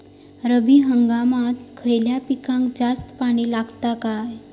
रब्बी हंगामात खयल्या पिकाक जास्त पाणी लागता काय?